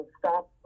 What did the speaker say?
stop